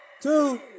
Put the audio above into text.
two